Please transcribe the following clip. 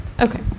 Okay